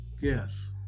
Yes